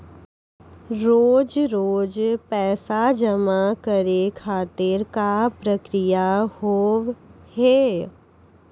रोज रोज पैसा जमा करे खातिर का प्रक्रिया होव हेय?